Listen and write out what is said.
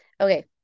Okay